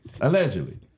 Allegedly